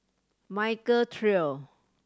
Michael Trio